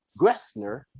gressner